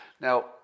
Now